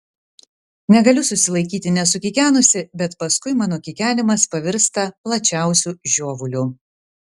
negaliu susilaikyti nesukikenusi bet paskui mano kikenimas pavirsta plačiausiu žiovuliu